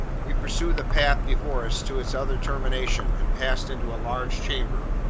we pursued the path before us to its other termination, and passed into a large chamber,